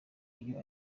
iyo